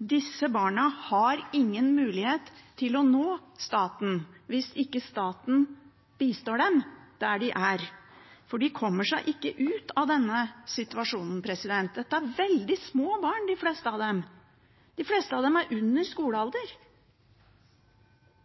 Disse barna har ingen mulighet til å nå staten hvis ikke staten bistår dem der de er, for de kommer seg ikke ut av denne situasjonen. Dette er veldig små barn, de fleste av dem. De fleste av dem er under skolealder.